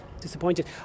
disappointed